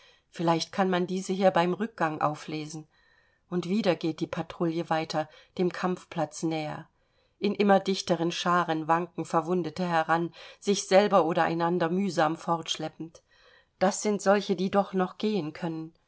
vielleicht kann man diese hier beim rückgang auflesen und wieder geht die patrouille weiter dem kampfplatz näher in immer dichteren scharen wanken verwundete heran sich selber oder einander mühsam fortschleppend das sind solche die doch noch gehen können